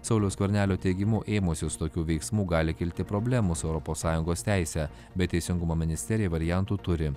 sauliaus skvernelio teigimu ėmusis tokių veiksmų gali kilti problemų su europos sąjungos teise bet teisingumo ministerija variantų turi